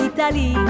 Italy